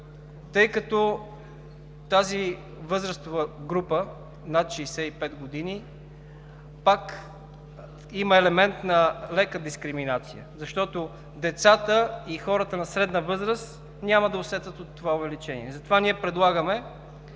Тъй като тази възрастова група – над 65 години, пак има лека дискриминация, защото децата и хората на средна възраст няма да усетят от това увеличение. Затова ние предлагаме